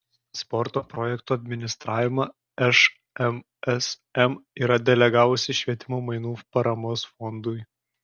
sporto projektų administravimą šmsm yra delegavusi švietimo mainų paramos fondui